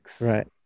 Right